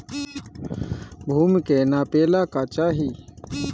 भूमि के नापेला का चाही?